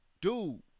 dude